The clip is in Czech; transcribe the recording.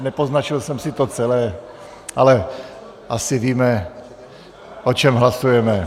Nepoznačil jsem si to celé, ale asi víme, o čem hlasujeme.